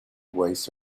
waste